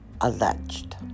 alleged